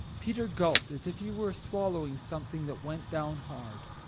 peter gulped as if he were swallowing something that went down hard.